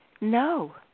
no